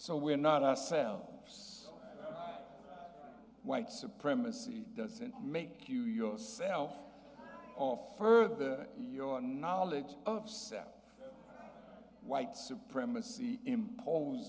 so we're not ourselves white supremacy doesn't make you your self or further your knowledge of self white supremacy impose